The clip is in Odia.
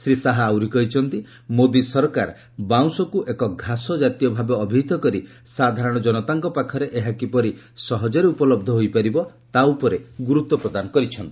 ଶ୍ରୀ ଶାହା ଆହୁରି କହିଛନ୍ତି ମୋଦି ସରକାର ବାଉଁଶକୃ ଏକ ଘାସ ଜାତୀୟ ଭାବେ ଅଭିହିତ କରି ସାଧାରଣ ଜନତାଙ୍କ ପାଖରେ ଏହା କିପରି ସହଜରେ ଉପଲବ୍ଧ ହୋଇପାରିବ ତାହା ଉପରେ ଗୁରୁତ୍ୱ ପ୍ରଦାନ କରିଚ୍ଛନ୍ତି